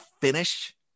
finish